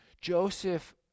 Joseph